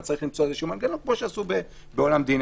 וצריך למצוא איזשהו מנגנון כפי שעשו בעולם דיני